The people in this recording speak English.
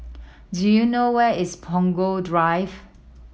do you know where is Punggol Drive